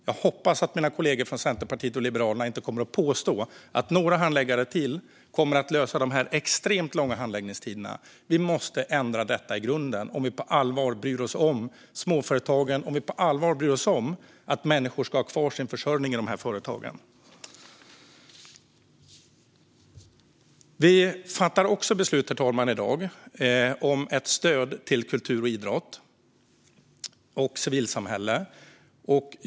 Jag hoppas att mina kollegor från Centerpartiet och Liberalerna inte kommer att påstå att några handläggare till kommer att lösa problemet med de extremt långa handläggningstiderna. Vi måste ändra detta i grunden om vi på allvar bryr oss om småföretagen och om vi på allvar bryr oss om att människor ska ha kvar sin försörjning i de här företagen. Herr talman! Vi fattar också beslut i dag om ett stöd till kultur och idrott och civilsamhälle.